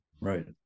Right